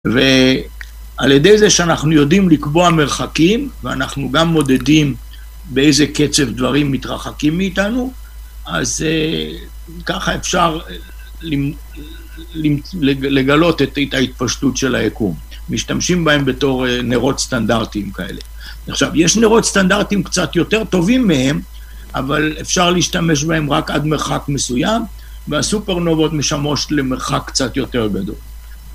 ועל ידי זה שאנחנו יודעים לקבוע מרחקים, ואנחנו גם מודדים באיזה קצב דברים מתרחקים מאיתנו, אז ככה אפשר לגלות את ההתפשטות של היקום. משתמשים בהם בתור נרות סטנדרטיים כאלה. עכשיו, יש נרות סטנדרטיים קצת יותר טובים מהם, אבל אפשר להשתמש בהם רק עד מרחק מסוים, והסופרנובות משמשות למרחק קצת יותר גדול.